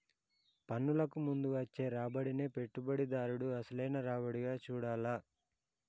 పన్నులకు ముందు వచ్చే రాబడినే పెట్టుబడిదారుడు అసలైన రాబడిగా చూడాల్ల